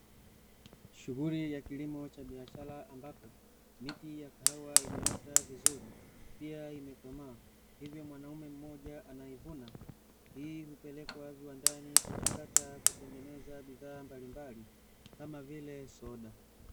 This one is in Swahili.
Shughuli ya kilimo cha biashara ambapo miti ya kahawa imeota vizuri, pia imekoma hivyo mwanaume mmoja anevuna hii hupelekwa viwandani kuchakata kutengeneza bidhaa mballimbali kama vile soda .